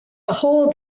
hole